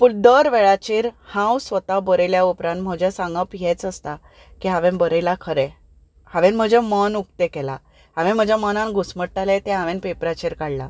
दर वेळाचेर हांव स्वता बरयल्या उपरांत म्हजें सांगप हेंच आसता की हांवें बरयलां खरें हांवें म्हजें मन उक्तें केलां हांवें म्हज्या मनांत घुस्मटतालें तें हांवें पेपराचेर काडलां